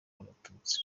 abatutsi